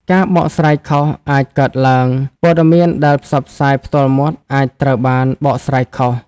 ការបកស្រាយខុស អាចកើតឡើង ព័ត៌មានដែលផ្សព្វផ្សាយផ្ទាល់មាត់អាចត្រូវបានបកស្រាយខុស។